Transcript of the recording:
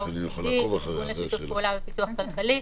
ה-OECD" ארגון לשיתוף פעולה ופיתוח כלכלי,